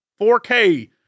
4K